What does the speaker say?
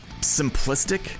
simplistic